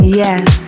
yes